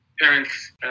parents